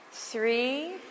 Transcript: Three